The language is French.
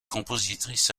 compositrice